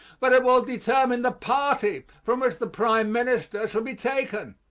but it will determine the party from which the prime minister shall be taken.